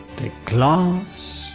the claws,